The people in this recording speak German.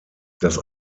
das